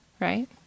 right